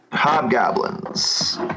Hobgoblins